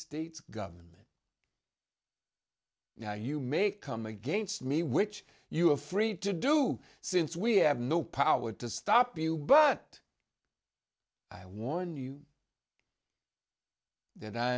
states government now you may come against me which you are free to do since we have no power to stop you but i warn you that i